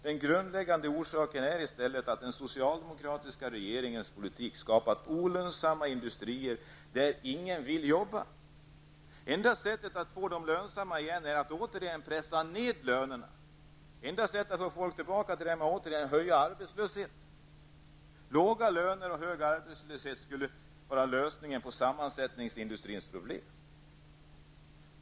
Den grundläggande orsaken är i stället att den socialdemokratiska regeringens politik skapat olönsamma industrier, där ingen vill jobba. Enda sättet att få dem lönsamma igen är att återigen pressa ned lönerna. Enda sättet att få folk tillbaka till dem är att återigen höja arbetslösheten. Låga löner och hög arbetslöshet skulle vara lösningen på sammansättningsindustrins problem.